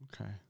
Okay